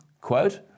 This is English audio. Quote